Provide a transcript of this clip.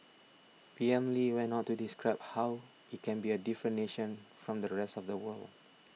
P M Lee went on to describe how it can be a different nation from the rest of the world